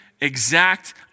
exact